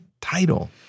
title